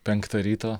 penktą ryto